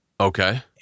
Okay